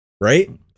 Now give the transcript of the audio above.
Right